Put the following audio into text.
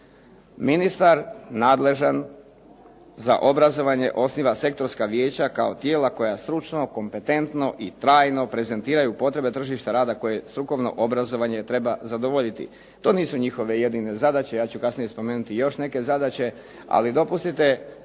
Ministar nadležan za obrazovanje osniva sektorska vijeća kao tijela koja stručno, kompetentno i trajno prezentiraju tržište rada koje strukovno obrazovanje treba zadovoljiti. To nisu njihove jedine zadaće. Ja ću kasnije spomenuti još neke zadaće. Ali dopustite